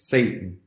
Satan